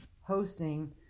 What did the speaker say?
hosting